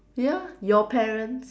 ya your parents